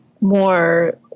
more